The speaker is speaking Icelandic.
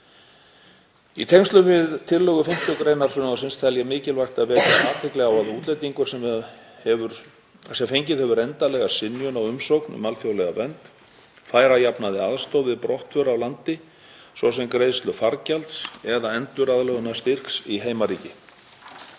Í tengslum við tillögu 5. gr. frumvarpsins tel ég mikilvægt að vekja athygli á að útlendingur sem fengið hefur endanlega synjun á umsókn um alþjóðlega vernd fær að jafnaði aðstoð við brottför af landi, svo sem greiðslu fargjalds eða enduraðlögunarstyrks í heimaríki.